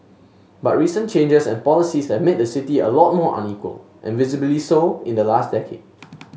but recent changes and policies have made the city a lot more unequal and visibly so in the last decade